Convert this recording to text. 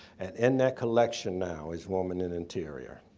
and in that collection now is, woman in interior,